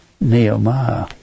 nehemiah